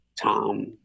Tom